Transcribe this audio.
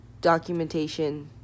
documentation